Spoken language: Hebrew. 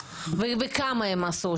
וכמה הם עשו.